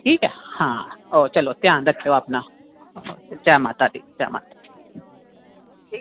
ठीक ऐ चलो आं ध्यान रक्खेओ अपना जै माता दी जै माता दी